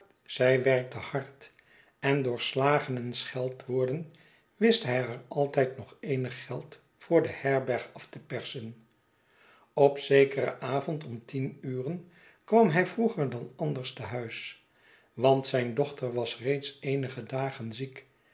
zij werkte hard en door slagen en scheldwoorden wist hij haar altijd nog eenig geld voor de herberg af te persen op zekeren avond om tien uren kwam hij vroeger dan anders te huis want zijn dochter was reeds eenige dagen ziek